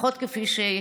לפחות כפי ששמענו,